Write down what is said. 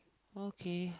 okay